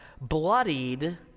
bloodied